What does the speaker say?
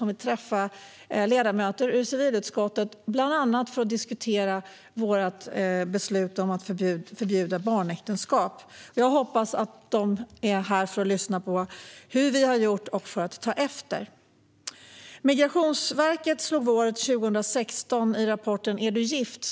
och vill träffa ledamöter i civilutskottet, bland annat för att diskutera vårt beslut om att förbjuda barnäktenskap. Jag hoppas att denna delegation kommer hit för att lyssna på hur vi har gjort och för att ta efter. I Migrationsverkets rapport 2016, Är du gift?